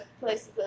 places